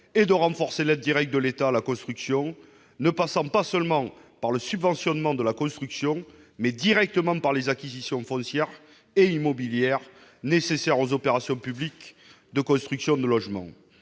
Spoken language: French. et de renforcer l'aide directe de l'État à la construction, laquelle ne doit pas passer seulement par le subventionnement de la construction, mais aussi par les acquisitions foncières et immobilières directes nécessaires aux opérations publiques de construction de logements.